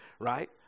Right